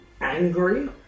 angry